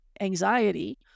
anxiety